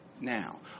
now